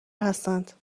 هستند